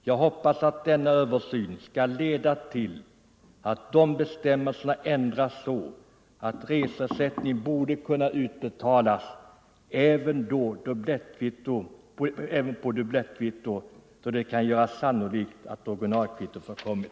Jag hoppas att denna översyn skall leda till att reglerna ändras så att reseersättning kan utbetalas även mot dubblettkvitto, då det kan göras sannolikt att originalkvittot förkommit.